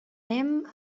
sant